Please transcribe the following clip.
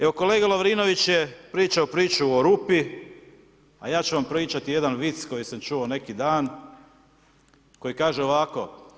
Evo kolega Lovrinović je pričao priču o rupi, a ja ću vam pričati jedan vic koji sam čuo neki dan, koji kaže ovako.